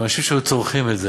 אם האנשים היו צורכים את זה,